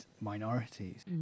minorities